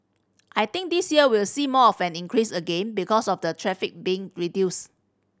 I think this year we'll see more of an increase again because of the tariff being reduce